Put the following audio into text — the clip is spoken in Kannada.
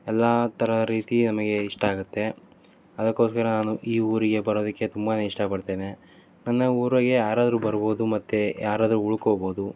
ಎಲ್ಲ ಥರ ರೀತಿ ನಮಗೆ ಇಷ್ಟ ಆಗುತ್ತೆ ಅದಕ್ಕೋಸ್ಕರ ನಾನು ಈ ಊರಿಗೆ ಬರೋದಕ್ಕೆ ತುಂಬಾ ಇಷ್ಟಪಡ್ತೇನೆ ನನ್ನ ಊರಿಗೆ ಯಾರಾದ್ರೂ ಬರ್ಬೌದು ಮತ್ತು ಯಾರಾದ್ರೂ ಉಳ್ಕೋಬೌದು